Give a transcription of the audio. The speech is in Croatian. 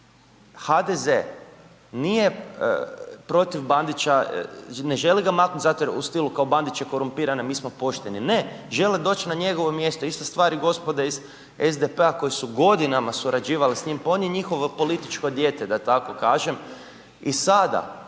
HDZ nije protiv Bandića, ne želi ga maknuti zato jer u stilu kao Bandić je korumpiran a mi smo pošteni, ne, žele doći na njegovo mjesto, ista stvar je gospode iz SDP-a koji su godinama surađivali s njim, pa on je njihovo političko dijete da tako kažem i sada